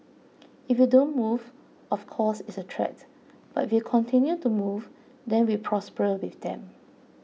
if you don't move of course it's a threat but if you continue to move then we prosper with them